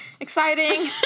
Exciting